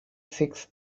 six